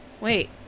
Wait